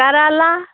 करेला